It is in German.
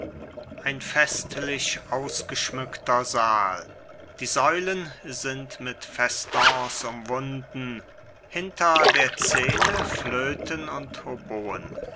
ein festlich ausgeschmückter saal die säulen sind mit festons umwunden hinter der szene flöten und